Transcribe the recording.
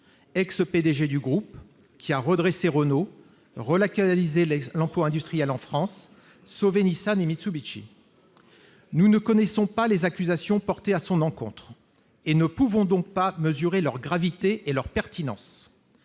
ex-PDG du groupe, qui a redressé Renault, relocalisé l'emploi industriel en France, sauvé Nissan et Mitsubishi. Très bien ! Nous ne connaissons pas les accusations portées à son encontre et ne pouvons donc pas en mesurer la gravité et la pertinence.